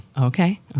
Okay